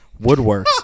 Woodworks